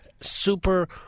super